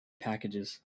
packages